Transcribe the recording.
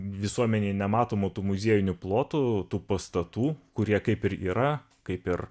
visuomenei nematomų tų muziejinių plotų tų pastatų kurie kaip ir yra kaip ir